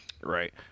right